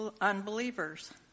unbelievers